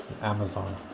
Amazon